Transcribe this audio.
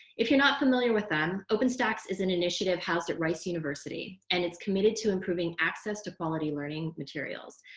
if you're not familiar with them, openstax is an initiative housed at rice university and it's committed to improving access to quality learning materials.